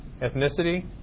ethnicity